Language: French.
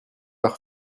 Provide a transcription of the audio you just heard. par